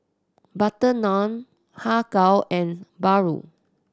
butter naan Har Kow and paru